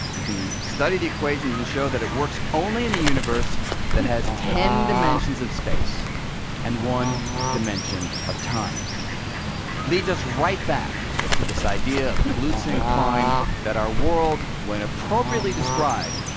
you can study the equations, and show that it works only in a universe that has ten dimensions of space and one dimension of time. it leads us right back to this idea of kaluza and klein that our world, when appropriately described,